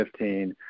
2015